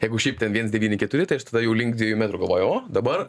jeigu šiaip ten viens devyni keturi tai aš tada jau link dviejų metrų galvoju o dabar